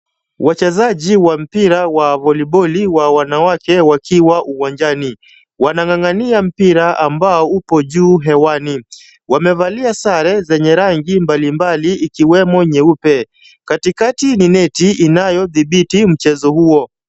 Wachezaji wa mpira wa voliboli wa wanawake wakiwa uwanjani. Wanang'ang'ania mpira ambao upo juu hewani. Wamevalia sare zenye rangi mbalimbali ikiwemo nyeupe. Katikati ni neti inayodhibiti mchezo huo.